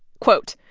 quote,